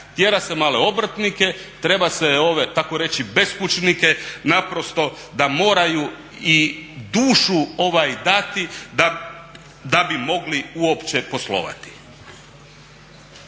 Tjera se male obrtnike, tjera se ove takoreći beskućnike naprosto da moraju i dušu dati da bi mogli uopće poslovati.